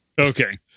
Okay